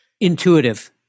Intuitive